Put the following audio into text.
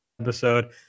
episode